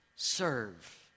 serve